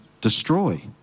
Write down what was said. destroy